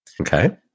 Okay